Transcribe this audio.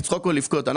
אנחנו